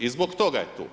I zbog toga je tu.